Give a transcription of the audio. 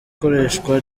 ikoreshwa